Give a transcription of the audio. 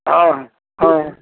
ओ ओ